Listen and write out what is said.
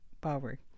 power